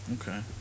Okay